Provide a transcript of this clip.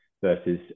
versus